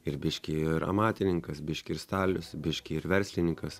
ir biškį ir amatininkas biškį ir stalius biškį ir verslinikas